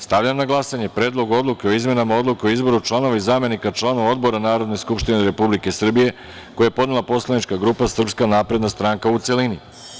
Stavljam na glasanje Predlog odluke o izmenama Odluke o izboru članova i zamenika članova odbora Narodne skupštine Republike Srbije, koji je podnela poslanička grupa Srpska napredna stranka, u celini.